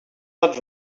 not